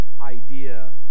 idea